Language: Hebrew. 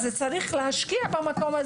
צריך להשקיע במקום.